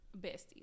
besties